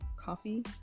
Coffee